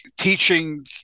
teaching